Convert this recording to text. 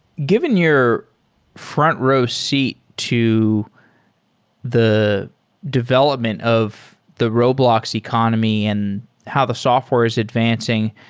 given your front row seat to the development of the roblox economy and how the software is advancing,